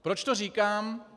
Proč to říkám?